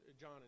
John